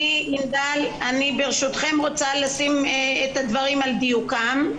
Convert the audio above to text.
אני ברשותכם רוצה לשים את הדברים על דיוקם.